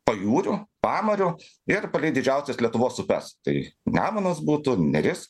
pajūriu pamariu ir palei didžiausias lietuvos upes tai nemunas būtų neris